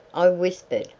i whispered,